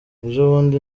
ejobundi